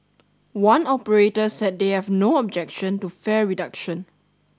one operator said they have no objection to fare reduction